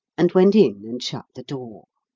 and went in and shut the door.